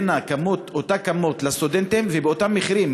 אותה כמות לסטודנטים ובאותם מחירים.